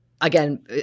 Again